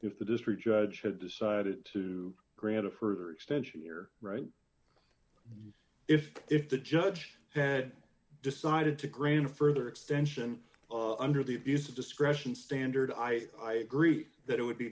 if the district judge had decided to grant a further extension here right if if the judge had decided to greene further extension under the abuse of discretion standard i agree that it would be